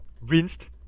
rinsed